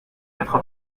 quatre